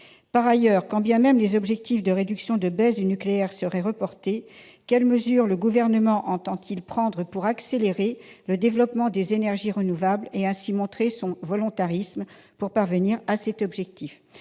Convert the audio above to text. Par ailleurs, quand bien même les objectifs de réduction de baisse du nucléaire seraient reportés, quelles mesures le Gouvernement entend-il prendre pour accélérer le développement des énergies renouvelables et ainsi montrer son volontarisme pour parvenir à cet objectif ?